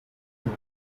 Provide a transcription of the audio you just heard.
road